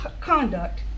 conduct